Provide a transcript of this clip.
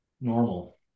normal